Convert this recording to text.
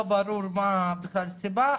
לא ברור מה בכלל הסיבה.